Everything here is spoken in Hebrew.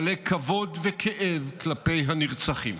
מלא כבוד וכאב כלפי הנרצחים.